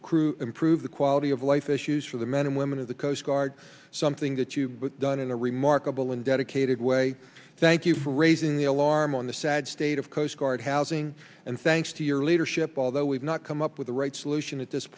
improve improve the quality of life issues for the men and women of the coast guard something that you but done in a remarkable and dedicated way thank you for raising the alarm on the sad state of coast guard housing and thanks to your leadership although we've not come up with the right solution at this